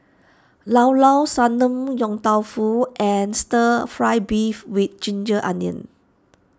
Llao Llao Sanum Yong Tau Foo and Stir Fry Beef with Ginger Onions